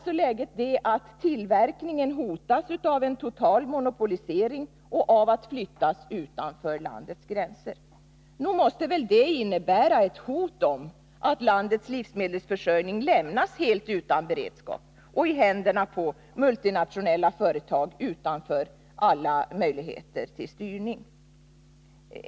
Som läget nu är hotas tillverkningen av att totalt monopoliseras och av att flyttas utanför landets gränser. Nog måste väl detta innebära risk för att landets livsmedelsförsörjning lämnas helt utan beredskap och i händerna på multinationella företag som är utanför alla möjligheter till styrning?